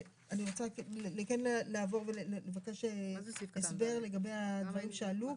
אני רק רוצה לעבור ולוודא הסבר לגבי הדברים שעלו.